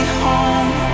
home